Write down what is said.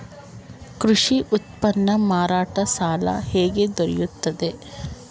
ಕೃಷಿ ಉತ್ಪನ್ನ ಮಾರಾಟ ಸಾಲ ಹೇಗೆ ದೊರೆಯುತ್ತದೆ?